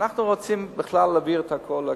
אנחנו רוצים בכלל להעביר את הכול לקהילה.